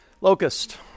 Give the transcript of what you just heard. Locust